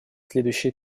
следующие